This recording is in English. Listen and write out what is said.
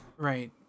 Right